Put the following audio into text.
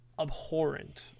abhorrent